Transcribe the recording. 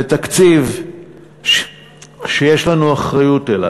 לתקציב שיש לנו אחריות לו.